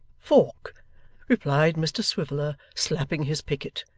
fork replied mr swiveller slapping his pocket.